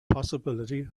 possibility